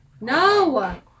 No